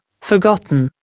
forgotten